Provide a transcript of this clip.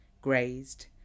grazed